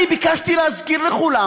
אני ביקשתי להזכיר לכולם